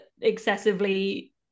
excessively